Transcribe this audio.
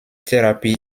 therapy